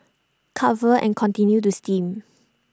cover and continue to steam